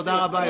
תודה.